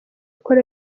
akora